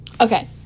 Okay